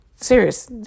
Serious